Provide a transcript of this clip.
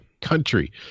country